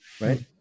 right